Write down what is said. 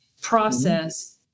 process